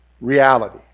reality